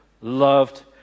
loved